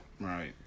right